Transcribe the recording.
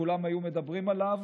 כולם היו מדברים עליו.